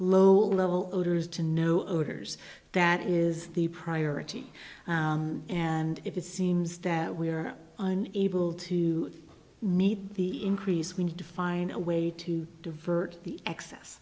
low level orders to no odors that is the priority and if it seems that we are unable to meet the increase we need to find a way to divert the excess